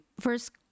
first